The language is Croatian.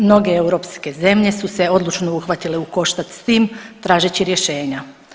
Mnoge europske zemlje su se odlučno uhvatile u koštac s tim tražeći rješenja.